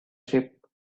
sheep